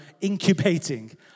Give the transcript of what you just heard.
incubating